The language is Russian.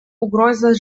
угрозы